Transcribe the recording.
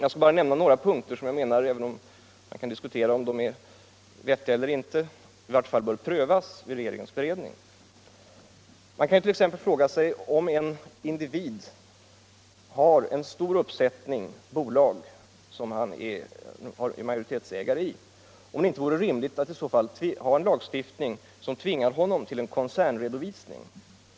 Jag skall nämna några som jag anser bör prövas vid regeringens beredning. Om en person är majoritetsägare i en stor uppsättning bolag, är det då inte rimligt att ha en lagstiftning som tvingar honom till en koncernredovisning?